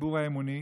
לציבור האמוני,